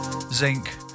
Zinc